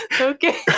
okay